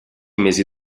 mesi